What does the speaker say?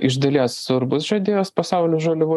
iš dalies svarbus žadėjos pasaulio žaliavų